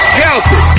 healthy